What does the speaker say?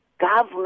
government